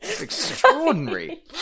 extraordinary